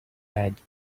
hat